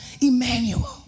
emmanuel